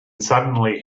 suddenly